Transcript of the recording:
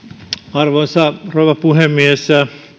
arvoisa rouva puhemies